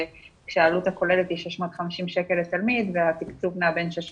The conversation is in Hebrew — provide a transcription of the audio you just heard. כאשר העלות הכוללת היא 650 שקל לתלמיד והתקצוב נע בין 600